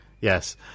Yes